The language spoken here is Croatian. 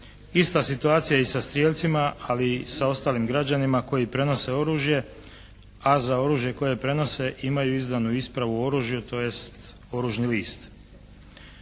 Ista situacija je i sa strijelcima, ali i sa ostalim građanima koji prenose oružje, a za oružje koje prenose imaju izdanu ispravu o oružju, tj. oružni list.